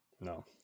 No